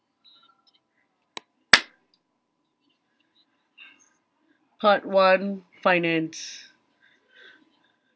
part one finance